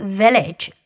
village